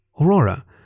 Aurora